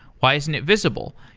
why isn't it visible?